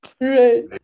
right